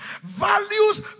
Values